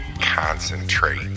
Concentrate